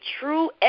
true